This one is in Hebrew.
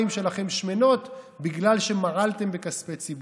שלכם שמנות בגלל שמעלתם בכספי ציבור.